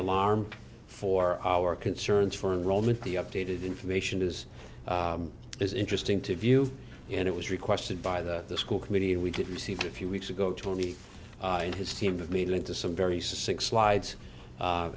alarm for our concerns for a role in the updated information is is interesting to view and it was requested by the school committee and we did receive a few weeks ago tony and his team have made it into some very sick slides a